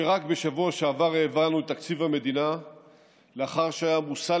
רק בשבוע שעבר העברנו את תקציב המדינה לאחר שהיה מושא